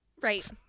Right